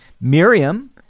Miriam